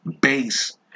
base